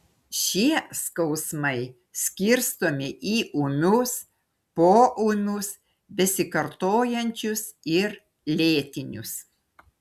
šie skausmai skirstomi į ūmius poūmius besikartojančius ir lėtinius